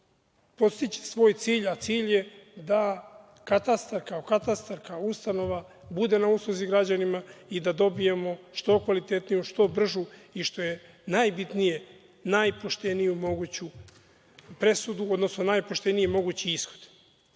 postići svoj cilj, a cilj je da katastar kao katastar, kao ustanova bude na usluzi građanima i da dobijemo što kvalitetniju, što bržu i što je najbitnije, najpošteniju moguću presudu, odnosno najpošteniji mogući